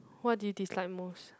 what do you dislike most